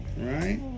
right